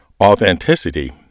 authenticity